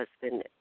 husband